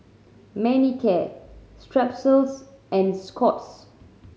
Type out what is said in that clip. Manicare Strepsils and Scott's